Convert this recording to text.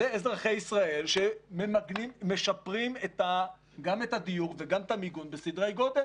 זה אזרחי ישראל שמשפרים גם את הדיור וגם את המיגון בסדרי גודל.